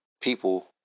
people